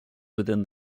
within